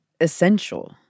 essential